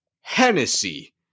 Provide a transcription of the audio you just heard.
Hennessy